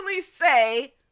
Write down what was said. say